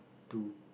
two